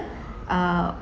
uh